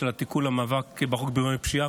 של התיקון לחוק המאבק בארגוני פשיעה,